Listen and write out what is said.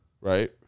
Right